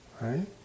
right